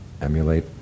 emulate